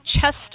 chest